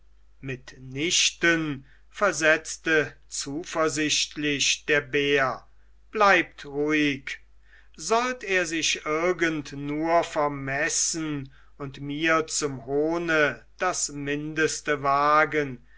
mitnichten versetzte zuversichtlich der bär bleibt ruhig sollt er sich irgend nur vermessen und mir zum hohne das mindeste wagen